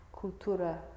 cultura